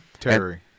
Terry